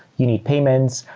you need payments.